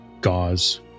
gauze